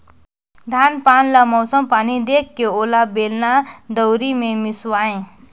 धान पान ल मउसम पानी देखके ओला बेलना, दउंरी मे मिसवाए